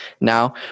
now